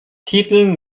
titeln